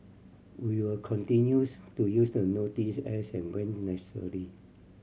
we will continues to use the notice as and when necessary